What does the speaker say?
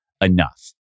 enough